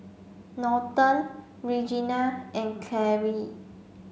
Norton Reginal and Claire